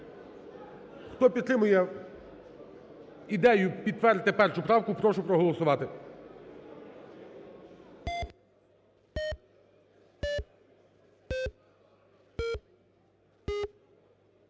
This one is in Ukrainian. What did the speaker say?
Хто підтримує ідею підтвердити 1 правку, прошу проголосувати.